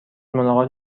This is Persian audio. ملاقات